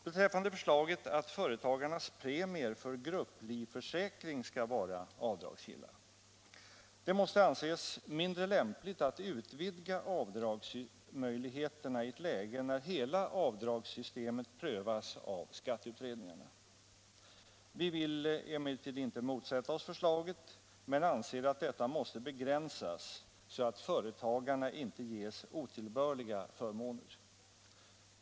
Beträffande förslaget att företagarnas premier för grupplivförsäkring skall vara avdragsgilla: Det måste anses mindre lämpligt att utvidga avdragsmöjligheterna i ett läge när hela avdragssystemet prövas av skatteutredningarna. Vi vill emellertid inte motsätta oss förslaget, men vi anser att detta måste begränsas så att företagarna inte ges otillbörliga förmåner.